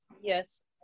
Yes